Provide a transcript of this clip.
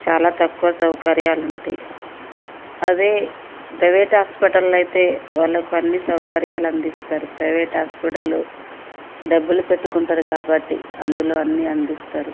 చాలా తక్కువ సౌకర్యాలు ఉంటాయి అదే ప్రైవేటు హాస్పిటల్ అయితే వాళ్ళకు అన్ని సౌకర్యాలు అందిస్తారు ప్రైవేట్ హాస్పిటల్ డబ్బులు పెట్టుకుంటారు కాబట్టి అందులో అన్నీ అందిస్తారు